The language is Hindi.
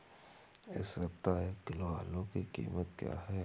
इस सप्ताह एक किलो आलू की कीमत क्या है?